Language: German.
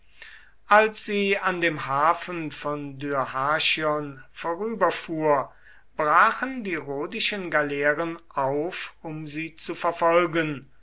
als sie an dem hafen von dyrrhachion vorüberfuhr brachen die rhodischen galeeren auf um sie zu verfolgen